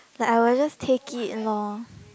like I will just take it loh